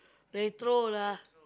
retro lah